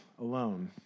alone